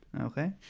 Okay